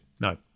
No